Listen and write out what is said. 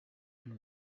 and